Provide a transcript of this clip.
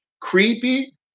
Creepy